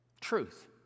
Truth